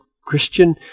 Christian